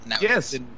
Yes